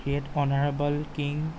great honorable king